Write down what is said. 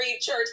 church